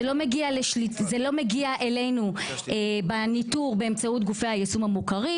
זה לא מגיע אלינו בניתור באמצעות גופי היישום המוכרים,